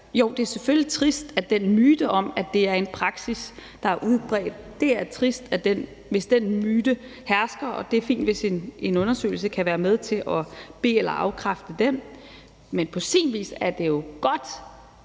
er det selvfølgelig trist, hvis den myte om, at det er en praksis, der er udbredt, hersker, og det er fint, hvis en undersøgelse kan være med til at det be- eller afkræfte den, men på sin vis er det jo godt,